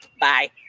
Bye